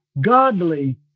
godly